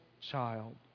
child